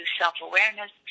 self-awareness